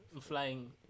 Flying